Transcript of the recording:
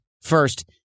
First